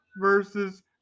versus